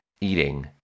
eating